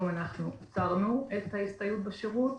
עצרנו היום את ההסתייעות בשירות.